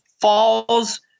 falls